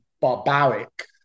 barbaric